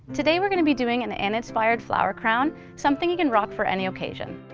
today we are going to be doing an anne-inspired flower crown, something you can rock for any occasion!